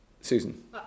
susan